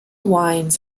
wines